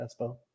Espo